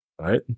Right